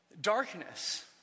Darkness